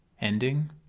ending